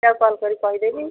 ପୂଜାକୁ କଲ୍ କରି କହିଦେବି